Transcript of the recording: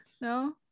No